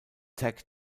tag